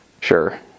Sure